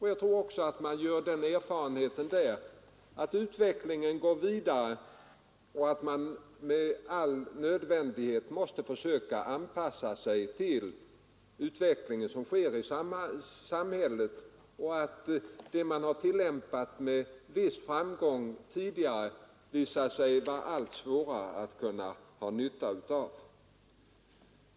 Jag tror att man där har den erfarenheten att det är nödvändigt att anpassa sig till den utveckling som sker i samhället; det har visat sig att de system som man tidigare med viss framgång har tillämpat blir allt mindre användbara.